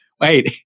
Wait